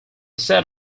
set